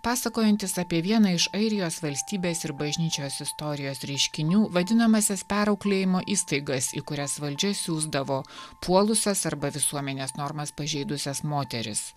pasakojantis apie vieną iš airijos valstybės ir bažnyčios istorijos reiškinių vadinamąsias perauklėjimo įstaigas į kurias valdžia siųsdavo puolusias arba visuomenės normas pažeidusias moteris